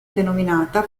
denominata